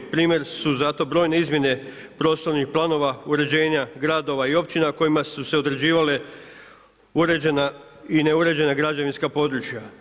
Primjer su zato brojne izmjene prostornih planova, uređenja, gradova i općina, kojima su se određivale uređena i neuređena građevinska područja.